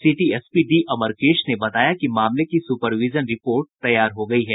city SP D Amarkesh ने बताया कि मामले की सुपर विजन रिपोर्ट तैयार हो गयी है